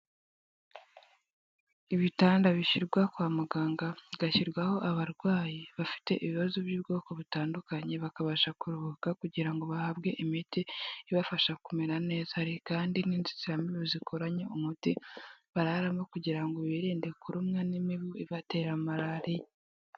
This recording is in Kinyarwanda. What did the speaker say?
Ibitanda bishyirwa kwa muganga hagashyirwaho abarwayi bafite ibibazo by'ubwoko butandukanye bakabasha kuruhuka kugira ngo bahabwe imiti ibafasha kumera neza, hari kandi n'inzitiramibu zikoranye umuti bararamo kugira ngo birinde kurumwa n'imibu ibatera malariya.